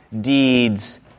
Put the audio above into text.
deeds